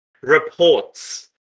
reports